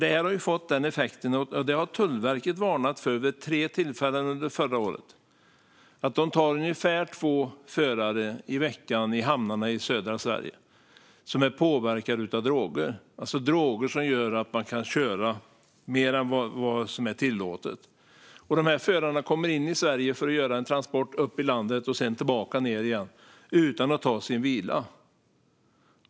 Det här har fått effekten, vilket Tullverket varnade för vid tre tillfällen under förra året, att man i hamnarna i södra Sverige tar ungefär två förare i veckan som är påverkade av droger som gör att de kan köra mer än vad som är tillåtet. De här förarna kommer in i Sverige för att göra en transport upp i landet och sedan tillbaka ned igen utan att ta sin vila.